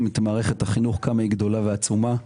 את מערכת החינוך כמה היא גדולה ועצומה,